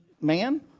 man